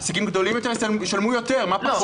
עסקים גדולים יותר ישלמו יותר, מה פחות?